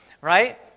right